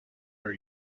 are